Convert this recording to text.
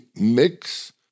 mix